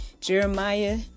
Jeremiah